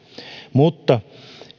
mutta